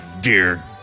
dear